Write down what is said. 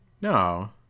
no